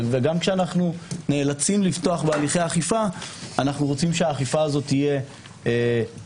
גם כשאנו נאלצים לפתוח בהליכי אכיפה אנו רוצים שהיא תהיה מידתית.